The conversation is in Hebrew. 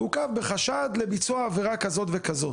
מעוכב בחשד לביצוע עבירה כזאת וכזאת,